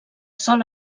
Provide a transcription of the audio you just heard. sol